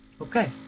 okay